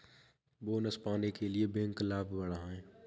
bonus पाने के लिए बैंक लाभ बढ़ाएं